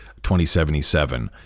2077